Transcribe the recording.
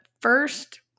first